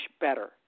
better